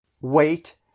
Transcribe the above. Wait